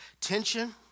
Tension